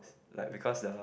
like because the